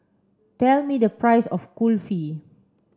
tell me the price of Kulfi